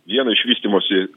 vieno iš vystymosi